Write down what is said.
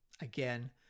again